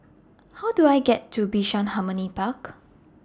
How Do I get to Bishan Harmony Park